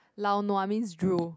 lao nua means drool